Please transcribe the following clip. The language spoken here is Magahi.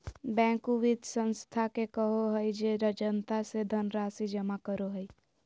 बैंक उ वित संस्था के कहो हइ जे जनता से धनराशि जमा करो हइ